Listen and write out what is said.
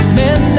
men